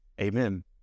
Amen